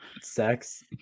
sex